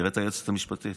תראה את היועצת המשפטית: